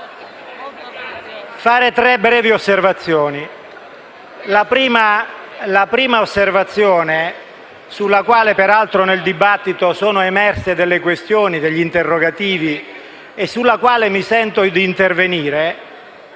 fare tre brevi osservazioni. La prima osservazione, sulla quale nel dibattito sono emerse delle questioni e degli interrogativi, e sulla quale mi sento di intervenire